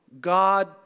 God